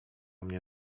mnie